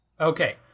Okay